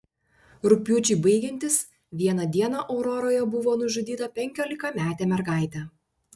rugpjūčiui baigiantis vieną dieną auroroje buvo nužudyta penkiolikametė mergaitė